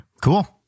Cool